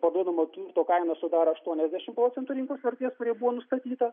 parduodamo turto kaina sudaro aštuoniasdešimt procentų rinkos vertės kuri buvo nustatyta